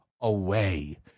away